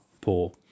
poor